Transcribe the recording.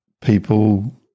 people